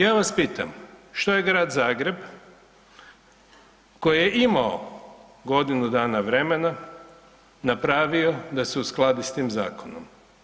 Ja vas pitam, što je Grad Zagreb koji je imao godinu dana vremena napravio da se uskladi s tim zakonom?